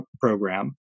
program